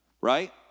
right